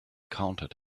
counted